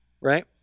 Right